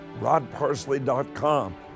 rodparsley.com